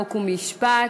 חוק ומשפט,